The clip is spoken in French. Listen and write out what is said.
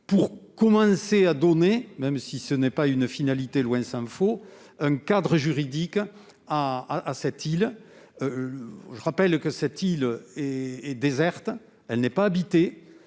pour commencer à donner, même si ce n'est pas une finalité, tant s'en faut, un cadre juridique à cette île. Je rappelle que cette île est déserte, inhabitée,